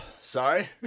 Sorry